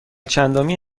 چندمی